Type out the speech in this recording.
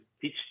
teach